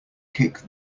kick